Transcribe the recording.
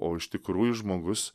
o iš tikrųjų žmogus